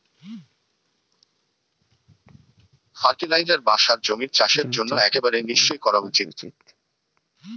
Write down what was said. fertiliser বা সার জমির চাষের জন্য একেবারে নিশ্চই করা উচিত